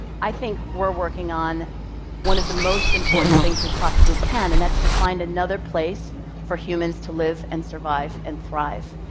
i think we're working on one of the most important things we possibly can, and that's to find another place for humans to live and survive and thrive.